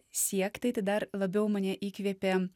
siekti tai dar labiau mane įkvėpė